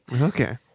Okay